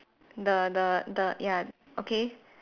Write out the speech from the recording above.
the the the ya okay